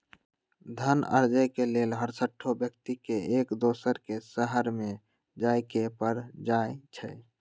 धन अरजे के लेल हरसठ्हो व्यक्ति के एक दोसर के शहरमें जाय के पर जाइ छइ